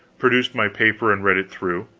produced my paper, and read it through.